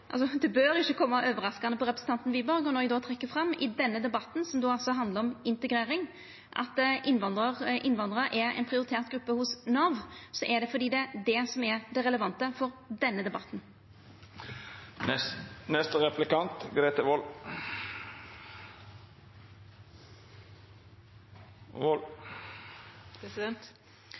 overraskande på representanten Wiborg, og når eg trekkjer fram – i denne debatten, som altså handlar om integrering – at innvandrarar er ei prioritert gruppe hos Nav, er det fordi det er det som er det relevante for denne debatten.